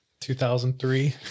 2003